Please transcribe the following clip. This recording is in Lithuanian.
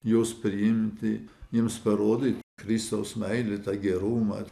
juos priimti jiems parodyt kristaus meilę tą gerumą